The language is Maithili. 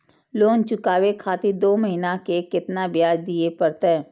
लोन चुकाबे खातिर दो महीना के केतना ब्याज दिये परतें?